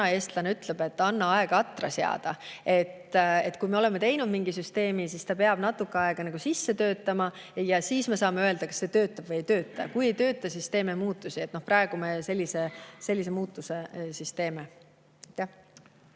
eestlane ütleb, et anna aega atra seada. Kui me oleme teinud mingi süsteemi, siis ta peab natuke aega sisse töötama ja siis me saame öelda, kas see töötab või ei tööta. Kui ei tööta, siis teeme muudatusi. Praegu me sellise muudatuse teeme.